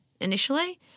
initially